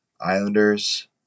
Islanders